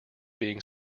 being